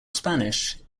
spanish